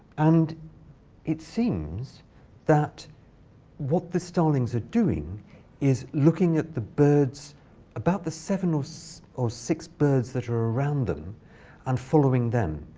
and it seems that what the starlings are doing is looking at the birds about the seven or six birds that are around them and following them.